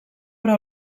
però